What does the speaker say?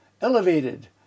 elevated